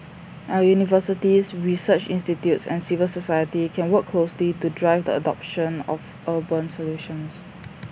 our universities research institutes and civil society can work closely to drive the adoption of urban solutions